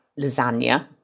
lasagna